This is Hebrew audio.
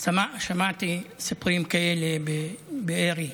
שמעתי סיפורים כאלה בבארי,